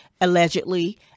allegedly